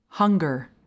Hunger